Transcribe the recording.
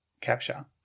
capture